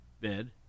bed